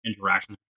Interactions